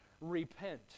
repent